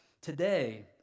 Today